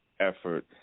effort